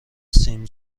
سین